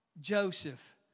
Joseph